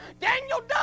Daniel